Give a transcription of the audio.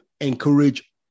encourage